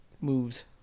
moves